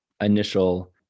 initial